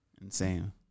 Insane